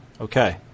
Okay